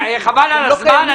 חברים, חבל על הזמן.